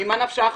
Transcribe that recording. ממה נפשך?